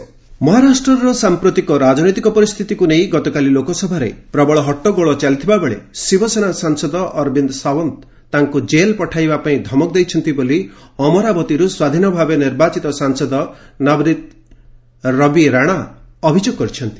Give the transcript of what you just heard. MP Navneet ମହାରାଷ୍ଟ୍ରର ସାଂପ୍ରତିକ ରାଜନୈତିକ ପରିସ୍ଥିତିକୁ ନେଇ ଗତକାଲି ଲୋକସଭାରେ ପ୍ରବଳ ହଟ୍ଟଗୋଳ ଚାଲିଥିବାବେଳେ ଶିବସେନା ସାଂସଦ ଅରବିନ୍ଦ ସାଓ୍ୱନ୍ତ ତାଙ୍କୁ ଜେଲ୍ ପଠାଇବା ପାଇଁ ଧମକ ଦେଇଛନ୍ତି ବୋଲି ଅମରାବତୀରୁ ସ୍ୱାଧୀନ ଭାବେ ନିର୍ବାଚିତ ସାଂସଦ ନବନୀତ ରବି ରାଣା ଅଭିଯୋଗ କରିଛନ୍ତି